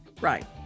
Right